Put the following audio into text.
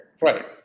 Right